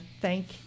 thank